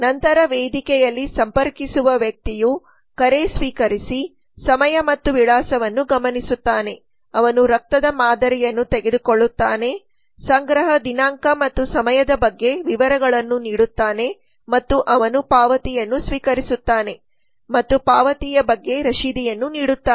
ನಂತರ ವೇದಿಕೆಯಲ್ಲಿ ಸಂಪರ್ಕಿಸುವ ವ್ಯಕ್ತಿಯು ಕರೆ ಸ್ವೀಕರಿಸಿ ಸಮಯ ಮತ್ತು ವಿಳಾಸವನ್ನು ಗಮನಿಸುತ್ತಾನೆ ಅವನು ರಕ್ತದ ಮಾದರಿಯನ್ನು ತೆಗೆದುಕೊಳ್ಳುತ್ತಾನೆ ಸಂಗ್ರಹ ದಿನಾಂಕ ಮತ್ತು ಸಮಯದ ಬಗ್ಗೆ ವಿವರಗಳನ್ನು ನೀಡುತ್ತಾನೆ ಮತ್ತು ಅವನು ಪಾವತಿಯನ್ನು ಸ್ವೀಕರಿಸುತ್ತಾನೆ ಮತ್ತು ಪಾವತಿಯ ಬಗ್ಗೆ ರಶೀದಿಯನ್ನು ನೀಡುತ್ತಾನೆ